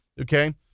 okay